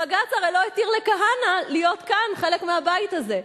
בג"ץ הרי לא התיר לכהנא להיות כאן, חלק מהבית הזה,